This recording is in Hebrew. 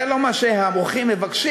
זה לא מה שהמוחים מבקשים,